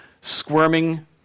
squirming